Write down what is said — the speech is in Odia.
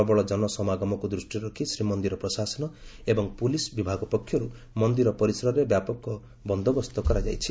ପ୍ରବଳ ଜନସମାଗମକୁ ଦୃଷ୍ଟିରେ ରଖି ଶ୍ରୀମନ୍ଦିର ପ୍ରଶାସନ ଏବଂ ପୁଲିସ ବିଭାଗ ପକ୍ଷରୁ ମନ୍ଦିର ପରିସରରେ ବ୍ୟାପକ ପୁଲିସ ବନ୍ଦୋବସ୍ତ କରାଯାଇଛି